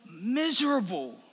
miserable